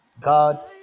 god